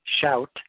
shout